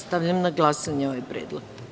Stavljam na glasanje ovaj predlog.